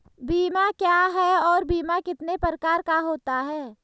बीमा क्या है और बीमा कितने प्रकार का होता है?